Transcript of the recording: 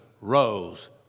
rose